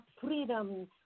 freedom